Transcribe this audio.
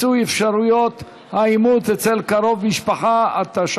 היוון קצבה על ידי שאיר הזכאי לפנסיה תקציבית או לקצבה מקופה אחרת),